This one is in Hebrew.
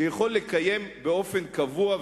שיכול לקיים באופן קבוע,